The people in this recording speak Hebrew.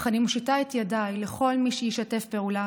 אך אני מושיטה את ידיי לכל מי שישתף פעולה